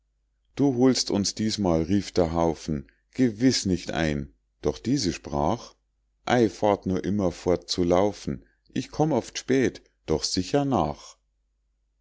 du holst uns diesmal rief der haufen gewiß nicht ein doch diese sprach ei fahrt nur immer fort zu laufen ich komm oft spät doch sicher nach